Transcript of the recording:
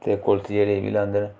ते कुल्थ जेह्ड़े एह् बी लांदे न